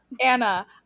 Anna